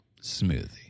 smoothie